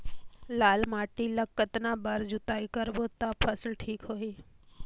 लाल माटी ला कतना बार जुताई करबो ता फसल ठीक होती?